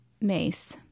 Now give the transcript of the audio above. Mace